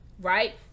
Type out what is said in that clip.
Right